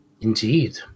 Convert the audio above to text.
Indeed